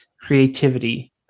creativity